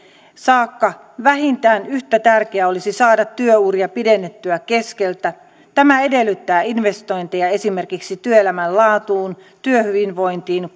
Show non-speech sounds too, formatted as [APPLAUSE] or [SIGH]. saakka vähintään yhtä tärkeää olisi saada työuria pidennettyä keskeltä tämä edellyttää investointeja esimerkiksi työelämän laatuun työhyvinvointiin [UNINTELLIGIBLE]